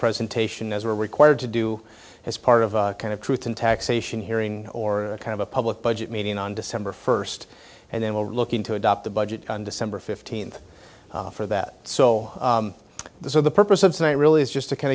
presentation as we're required to do his part of a kind of truth in taxation hearing or a kind of a public budget meeting on december first and then we're looking to adopt a budget on december fifteenth for that so the for the purpose of that really is just to kind